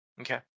Okay